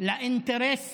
לאינטרס